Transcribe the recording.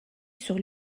sur